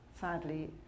sadly